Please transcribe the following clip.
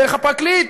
דרך הפרקליט,